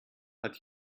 hat